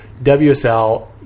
WSL